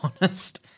honest